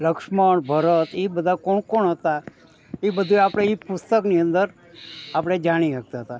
લક્ષ્મણ ભરત એ બધા કોણ કોણ હતાં એ બધું પણ આપણે એ પુસ્તકની અંદર આપણે જાણી શકતા હતા